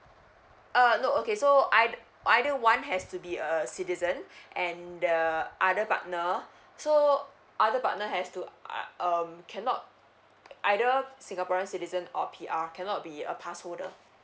uh no okay so ei~ either one has to be a citizen and the other partner so other partner has to uh um cannot either singaporean citizen or P_R cannot be a pass holder